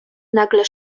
nagle